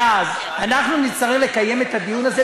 אנחנו נצטרך לקיים את הדיון הזה,